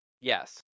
Yes